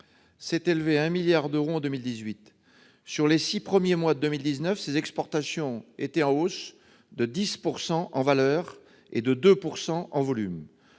s'est élevé à un milliard d'euros en 2018. Sur les six premiers mois de 2019, les exportations étaient en hausse de 10 % en valeur et de 2 % en volume.